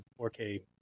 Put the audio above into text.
4K